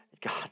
God